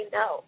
no